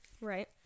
Right